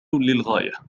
للغاية